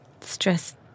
stress